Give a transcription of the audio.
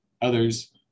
others